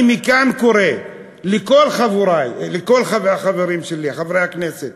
אני מכאן קורא לכל החברים שלי, חברי הכנסת,